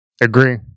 agree